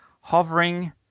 hovering